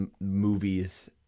movies